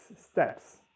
steps